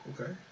okay